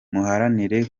muharanire